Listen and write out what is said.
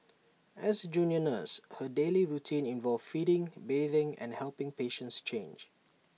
as A junior nurse her daily routine involved feeding bathing and helping patients change